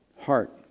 heart